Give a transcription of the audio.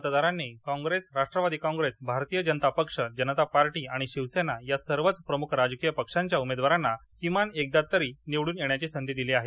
इथल्या मतदाराने कॉप्रेसराष्ट्रवादी कॉप्रेसभारतीय जनता पक्ष जनता पार्टी आणि शिवसेना या सर्वच प्रमुख राजकीय पक्षांच्या उमेदवारांना किमान एकदा तरी निवडून येण्याची संधी दिली आहे